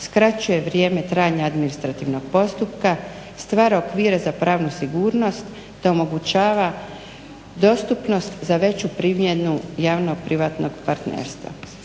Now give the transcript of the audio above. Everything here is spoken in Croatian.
skraćuje vrijeme trajanja administrativnog postupka, stvara okvire za pravnu sigurnost te omogućava dostupnost za veću primjenu javno-privatnog partnerstva.